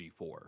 G4